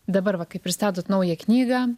dabar va kaip pristatot naują knygą